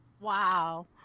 Wow